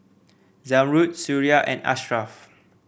Zamrud Suria and Ashraff